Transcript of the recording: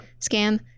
Scam